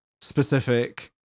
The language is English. specific